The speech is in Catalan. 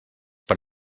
per